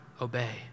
obey